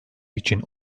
için